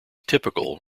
typical